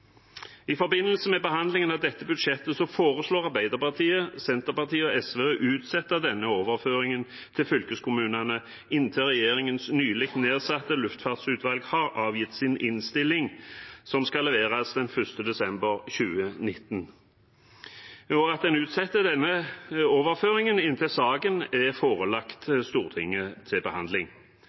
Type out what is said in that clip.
I forbindelse med behandlingen av dette budsjettet foreslår Arbeiderpartiet, Senterpartiet og SV å utsette denne overføringen til fylkeskommunene inntil regjeringens nylig nedsatte luftfartsutvalg har avgitt sin innstilling, som skal leveres den 1. desember 2019, og at en utsetter denne overføringen inntil saken er forelagt Stortinget til behandling.